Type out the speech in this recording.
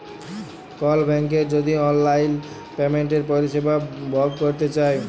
call ব্যাংকের যদি অললাইল পেমেলটের পরিষেবা ভগ ক্যরতে চায়